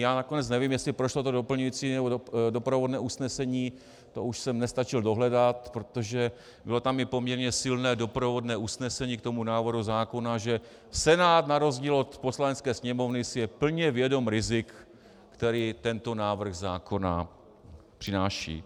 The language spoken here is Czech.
Já nakonec nevím, jestli prošlo to doplňující nebo doprovodné usnesení, to už jsem nestačil dohledat, protože bylo tam i poměrně silné doprovodné usnesení k tomu návrhu zákona, že Senát na rozdíl od Poslanecké sněmovny si je plně vědom rizik, která tento návrh zákona přináší.